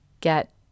get